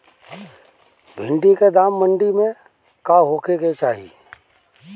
भिन्डी के दाम मंडी मे का होखे के चाही?